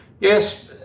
Yes